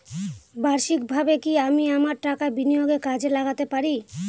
বার্ষিকভাবে কি আমি আমার টাকা বিনিয়োগে কাজে লাগাতে পারি?